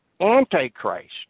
antichrist